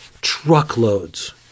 truckloads